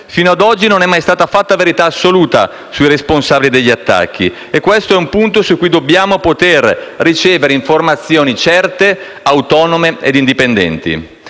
Fino ad oggi non è mai stata fatta verità assoluta sui responsabili degli attacchi e questo è un punto su cui dobbiamo poter ricevere informazioni certe, autonome e indipendenti.